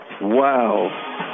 Wow